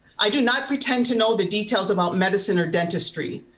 i do not pretend to know the details about medicine or dentistry.